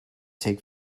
take